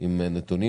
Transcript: עם נתונים,